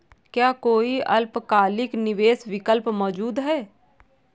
क्या कोई अल्पकालिक निवेश विकल्प मौजूद है?